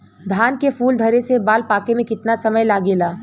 धान के फूल धरे से बाल पाके में कितना समय लागेला?